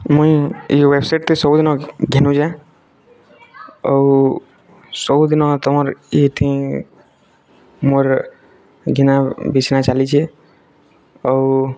ମୁଇଁ ଏଇ ୱେବସାଇଟ୍ କେ ସବୁଦିନ ଘେନୁ ଯେ ଆଉ ସବୁଦିନ ତମର ଇଏଥି ମୋର ଘିନା ଚାଲିଛେ ଆଉ